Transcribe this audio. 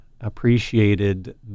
appreciated